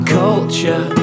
culture